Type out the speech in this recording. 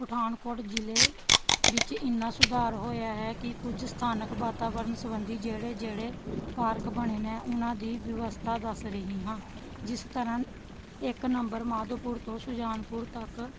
ਪਠਾਨਕੋਟ ਜ਼ਿਲ੍ਹੇ ਵਿੱਚ ਇੰਨਾਂ ਸੁਧਾਰ ਹੋਇਆ ਹੈ ਕਿ ਕੁਝ ਸਥਾਨਕ ਵਾਤਾਵਰਨ ਸੰਬੰਧੀ ਜਿਹੜੇ ਜਿਹੜੇ ਪਾਰਕ ਬਣੇ ਨੇ ਉਹਨਾਂ ਦੀ ਵਿਵਸਥਾ ਦੱਸ ਰਹੀ ਹਾਂ ਜਿਸ ਤਰ੍ਹਾਂ ਇੱਕ ਨੰਬਰ ਮਾਧੋਪੁਰ ਤੋਂ ਸੁਜਾਨਪੁਰ ਤੱਕ